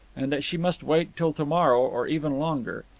and that she must wait till to-morrow or even longer.